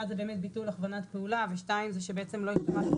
אחד זה באמת ביטול הכוונת פעולה ושתיים זה שבעצם לא השתמשנו